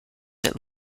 that